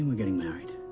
um getting married?